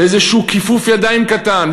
לאיזשהו כיפוף ידיים קטן,